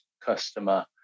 customer